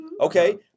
okay